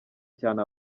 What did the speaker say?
cyane